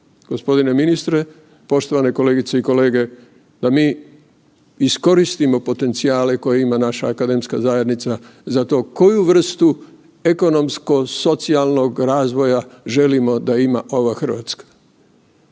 gospodine ministre, poštovane kolegice i kolege da mi iskoristimo potencijale koje ima naša Akademska zajednica za to koju vrstu ekonomsko socijalnog razvoja želimo da ima ova Hrvatska.